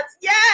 yes